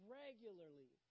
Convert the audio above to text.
regularly